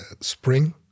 spring